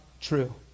true